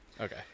Okay